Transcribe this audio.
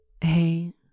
Hey